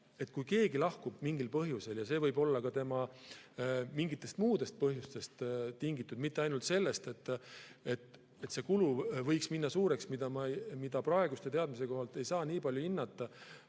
kui keegi lahkub mingil põhjusel – ja see võib olla ka mingitest muudest põhjustest tingitud, mitte ainult sellest, et see kulu võiks minna suureks, praeguste teadmiste kohaselt ei osata seda [täpsemalt] hinnata,